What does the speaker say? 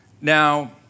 Now